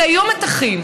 כי היו מתחים,